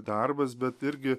darbas bet irgi